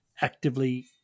actively